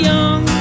Young